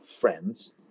friends